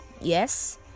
yes